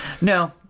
No